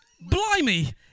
Blimey